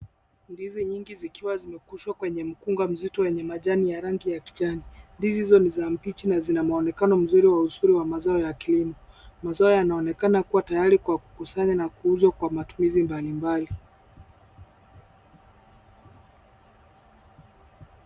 Ndizi nyingi zikiwa zimekushwa kwenye mkunga mzito wenye majani ya rangi ya kijani. Ndizi hizo ni mbichi na zina muonekano mzuri wa uzuri wa mazao wa kilimo. Mazao yanaonekana kuwa tayari kusanywa na kuuzwa kwa matumizi mbalimbali.